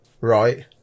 Right